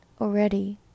already